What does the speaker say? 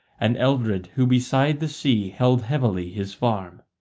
and eldred who beside the sea held heavily his farm.